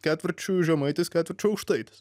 ketvirčiu žemaitis ketvirčiu aukštaitis